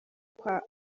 kwa